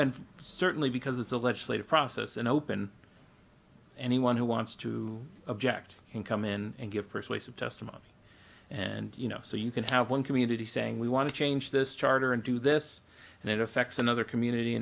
and certainly because it's a legislative process and open anyone who wants to object can come in and give persuasive testimony and you know so you can have one community saying we want to change this charter and do this and it affects another community